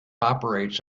operates